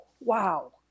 wow